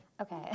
Okay